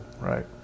right